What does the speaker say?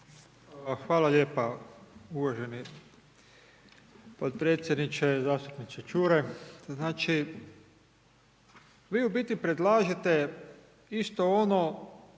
Hvala lijepa uvaženi potpredsjedniče. Zastupniče Čuraj, znači vi u biti predlažete isto ono